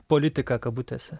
politiką kabutėse